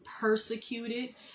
persecuted